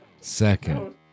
Second